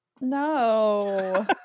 No